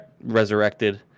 resurrected